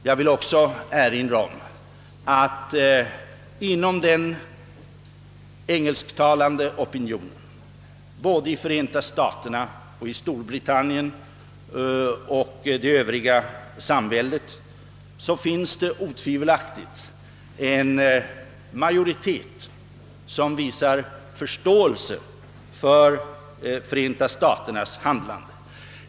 Jag vill också erinra om att det inom den engelsktalande opinionen, såväl i Förenta staterna som i Storbritannien och i det övriga samväldet, utan tvekan finns en majoritet som har förståelse för Förenta staternas handlande.